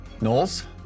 Knowles